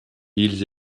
ils